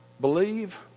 believe